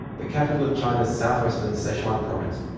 the capital of china's southwestern sichuan province.